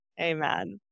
Amen